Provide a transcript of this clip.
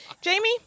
Jamie